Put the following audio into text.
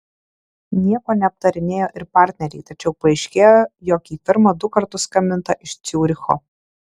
nieko neaptarinėjo ir partneriai tačiau paaiškėjo jog į firmą du kartus skambinta iš ciuricho